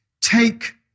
take